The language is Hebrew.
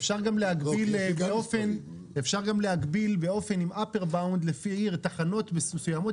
אפשר גם להגביל באופן עם upper bound לפי עיר תחנות מסוימות,